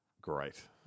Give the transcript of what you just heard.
Great